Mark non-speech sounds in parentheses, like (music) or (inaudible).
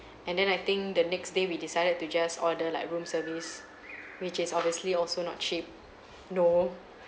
(breath) and then I think the next day we decided to just order like room service which is obviously also not cheap no